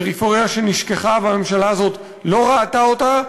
פריפריה שנשכחה והממשלה לא ראתה אותה,